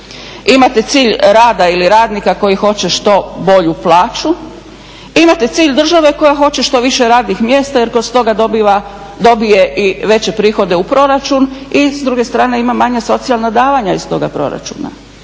imate cilj rada ili radnika koji hoće što bolju plaću, imate cilj države koja hoće što više radnih mjesta jer kroz to dobije i veće prihode u proračun i s druge strane ima manja socijalna davanja iz toga proračuna.